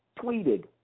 tweeted